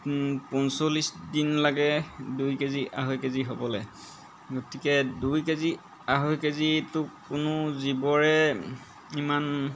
পঞ্চল্লিছ দিন লাগে দুই কেজি আঢ়ৈ কেজি হ'বলৈ গতিকে দুই কেজি আঢ়ৈ কেজিটো কোনো জীৱৰে ইমান